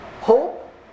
hope